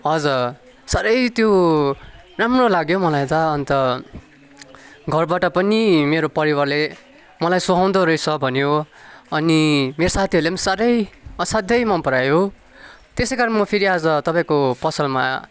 हजुर साह्रै त्यो राम्रो लाग्यो मलाई त अन्त घरबाट पनि मेरो परिवारले मलाई सुहाउँदो रहेछ भन्यो अनि मेरो साथीहरूले पनि साह्रै असाध्यै मनपरायो त्यसै कारण म फेरि आज तपाईँको पसलमा